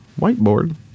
whiteboard